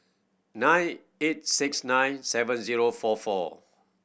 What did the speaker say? nine eight six nine seven zero four four